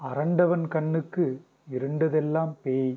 அரண்டவன் கண்ணுக்கு இருண்டதெல்லாம் பேய்